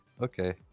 Okay